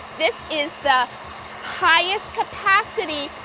this is the highest capacity,